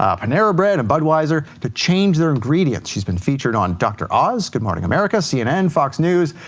ah panera bread, and budweiser, to change their ingredients. she's been featured on dr. oz, good morning america, cnn, fox news,